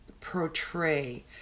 portray